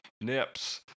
nips